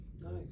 Nice